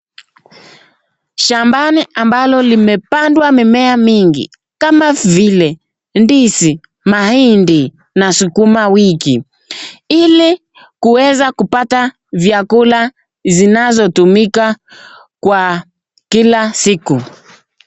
Shambani ambalo limepandwa mimmea mingi kama vile ndizi, mahindi na sukumawiki ili kuweza kupata vyakula zinazotumika kwa kila siku.